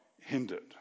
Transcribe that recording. hindered